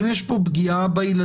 אם יש פה פגיעה בילדים,